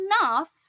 enough